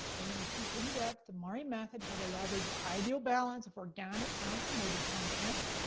i'm gonna teach in-depth the mari method, how to leverage the ideal balance of organic and promoted content.